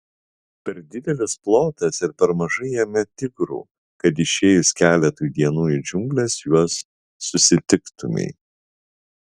per didelis plotas ir per mažai jame tigrų kad išėjus keletui dienų į džiungles juos susitiktumei